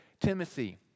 Timothy